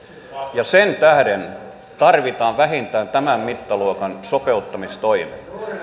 sen tähden tarvitaan vähintään tämän mittaluokan sopeuttamistoimet